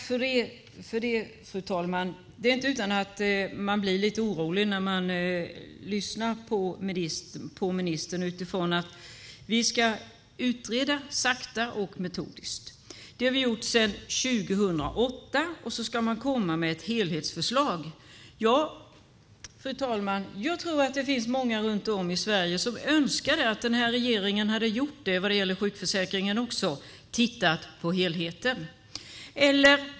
Fru talman! Det är inte utan att man blir lite orolig när man lyssnar på ministern, utifrån att vi ska utreda sakta och metodiskt. Det har vi gjort sedan 2008. Och så ska man komma med ett helhetsförslag. Fru talman! Jag tror att det finns många runt om i Sverige som önskar att den här regeringen hade gjort det vad gäller sjukförsäkringen också, tittat på helheten.